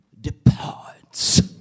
departs